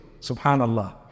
subhanallah